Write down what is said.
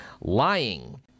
lying